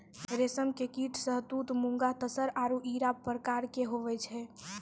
रेशम के कीट शहतूत मूंगा तसर आरु इरा प्रकार के हुवै छै